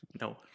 No